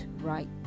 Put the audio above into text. right